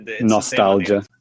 Nostalgia